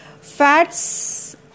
fats